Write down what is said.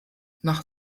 nach